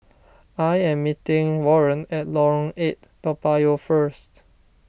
I am meeting Warren at Lorong eight Toa Payoh first